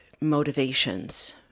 motivations